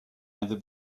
never